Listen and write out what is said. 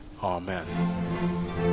Amen